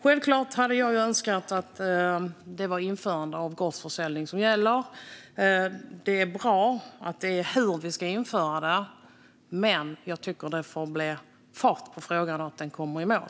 Självklart hade jag önskat att det var införande av gårdsförsäljning som gäller. Det är bra att det handlar om hur vi ska införa det. Men jag tycker att det får bli fart på frågan och att den kommer i mål.